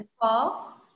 Paul